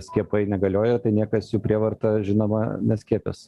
skiepai negalioja tai niekas jų prievarta žinoma neskiepys